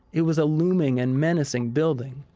it was a looming and menacing building.